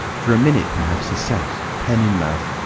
for a minute perhaps he sat, pen in mouth,